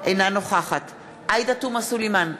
אינה נוכחת עאידה תומא סלימאן,